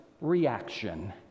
reaction